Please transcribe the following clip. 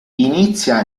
inizia